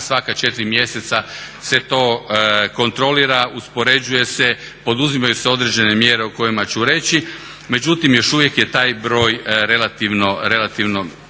Svaka četiri mjeseca se to kontrolira, uspoređuje se, poduzimaju se određene mjere o kojima ću reći, međutim još uvijek je taj broj relativno